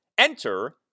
Enter